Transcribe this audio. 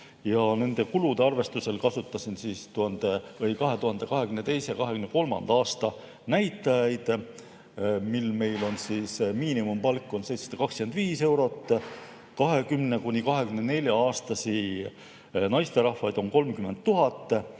Nende kulude arvestusel kasutasin 2022. ja 2023. aasta näitajaid, mil meil on miinimumpalk 725 eurot, 20–24‑aastasi naisterahvaid on 30 000,